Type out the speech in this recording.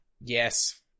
Yes